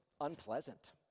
unpleasant